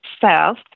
south